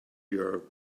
your